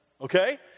okay